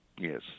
Yes